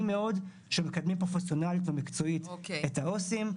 מאוד שמקדמים פרופסיונלית ומקצועית את העו"סים.